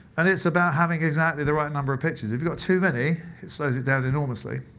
and it's about having exactly the right number of pictures. if you got too many, it slows it down enormously.